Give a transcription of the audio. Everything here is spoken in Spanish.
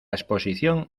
exposición